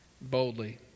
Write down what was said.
boldly